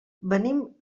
venim